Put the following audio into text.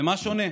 ומה שונה?